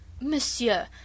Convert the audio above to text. Monsieur